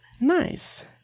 Nice